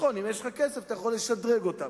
נכון, אם יש לך כסף אתה יכול לשדרג אותם,